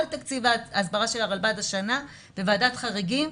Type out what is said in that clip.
9 מיליון שקל כל תקציב ההסברה של הרלב"ד השנה בוועדת החריגים.